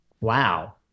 wow